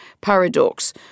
paradox